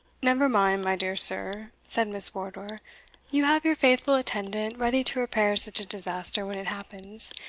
never mind, my dear sir, said miss wardour you have your faithful attendant ready to repair such a disaster when it happens,